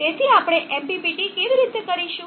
તેથી આપણે MPPT કેવી રીતે કરીશું